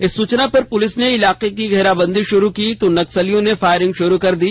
इस सूचना पर पुलिस ने इलाके की घेराबंदी शुरू की तो नक्सलियों ने फायरिंग षुरू कर दी